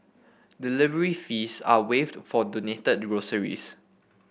delivery fees are waived for donated groceries